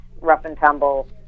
rough-and-tumble